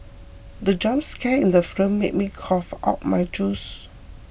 the jump scare in the film made me cough out my juice